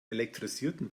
elektrisierten